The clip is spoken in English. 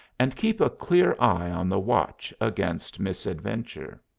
and keep a clear eye on the watch against misadventure.